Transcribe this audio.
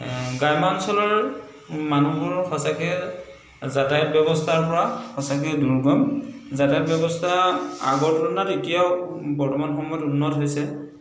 গ্ৰাম্যাঞ্চলৰ মানুহৰ সঁচাকৈ যাতায়ত ব্যৱস্থাৰ পৰা সঁচাকৈ দুৰ্গম যাতায়ত ব্যৱস্থা আগৰ তুলনাত এতিয়াও বৰ্তমান সময়ত উন্নত হৈছে